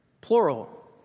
plural